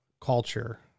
culture